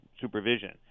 supervision